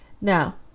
Now